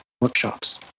workshops